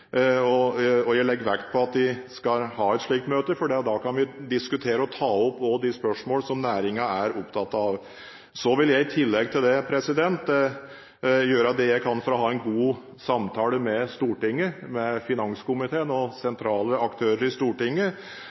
mulig, og jeg legger vekt på at de skal ha et slikt møte, for da kan vi diskutere og også ta opp de spørsmål som næringen er opptatt av. I tillegg til det vil jeg gjøre det jeg kan for å ha en god samtale med Stortinget, med finanskomiteen og sentrale aktører i Stortinget,